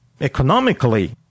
economically